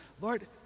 Lord